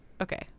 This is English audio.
Okay